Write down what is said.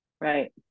Right